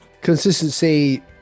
consistency